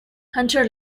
hunter